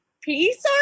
peace